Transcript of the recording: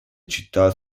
città